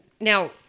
now